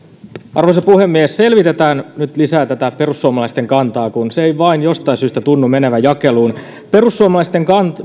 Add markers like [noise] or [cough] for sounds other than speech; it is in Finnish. arvoisa puhemies selvitetään nyt lisää tätä perussuomalaisten kantaa kun se ei vain jostain syystä tunnu menevän jakeluun perussuomalaisten kanta [unintelligible]